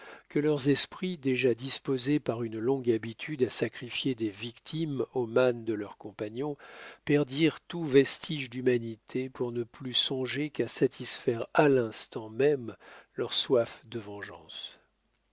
que leurs esprits déjà disposés par une longue habitude à sacrifier des victimes aux mânes de leurs compagnons perdirent tout vestige d'humanité pour ne plus songer qu'à satisfaire à l'instant même leur soif de vengeance